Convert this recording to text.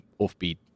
offbeat